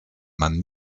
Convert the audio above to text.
man